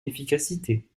efficacité